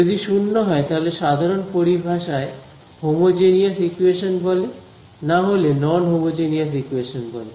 যদি 0 হয় তাহলে সাধারণ পরিভাষায় হোমোজিনিয়াস ইকুয়েশন বলে না হলে নন হোমোজিনিয়াস ইকুয়েশন বলে